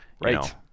right